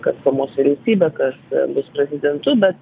kas planuos vyriausybę kas bus prezidentu bet